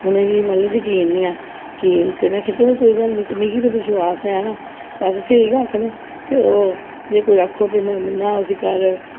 उनेंगी मतलब जकीन नेईं ऐ के ते में आखेआ चलो कोई गल्ल नेईं मिगी ते विश्वास ऐ ना ते अस स्हेई गै आक्खने ते ओह् जे कोई आक्खो कि नां उसी कर